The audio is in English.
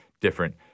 different